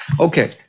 Okay